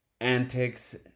antics